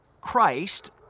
Christ